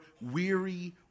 weary